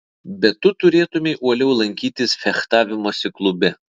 bet tu turėtumei uoliau lankytis fechtavimosi klube